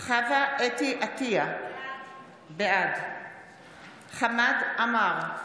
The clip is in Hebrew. חוה אתי עטייה, בעד חמד עמאר,